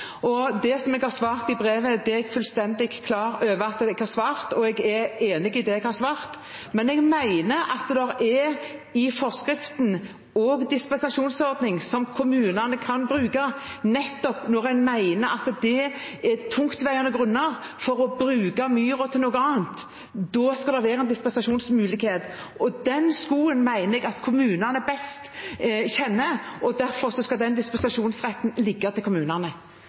at det i forskriften er en dispensasjonsordning som kommunene kan bruke, nettopp når en mener at det er tungtveiende grunner til å bruke myra til noe annet. Da skal det være en dispensasjonsmulighet. Jeg mener at det er kommunene som best kjenner hvor den skoen trykker, og derfor skal den dispensasjonsretten ligge til kommunene.